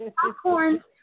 popcorn